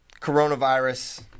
coronavirus